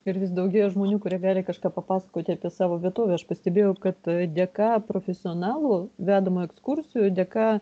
ir vis daugėja žmonių kurie gali kažką papasakoti apie savo vietovę aš pastebėjau kad dėka profesionalų vedamų ekskursijų dėka